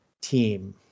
team